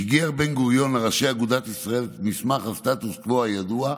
שיגר בן-גוריון לראשי אגודת ישראל את מסמך הסטטוס קוו הידוע,